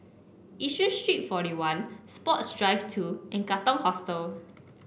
Yishun Street Forty one Sports Drive Two and Katong Hostel